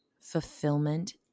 Fulfillment